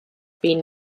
been